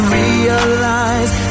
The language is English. realize